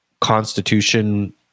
constitution